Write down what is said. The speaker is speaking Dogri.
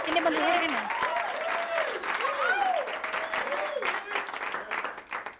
किन्ने बंदे थुआढ़े कन्नै